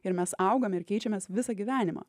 ir mes augame ir keičiamės visą gyvenimą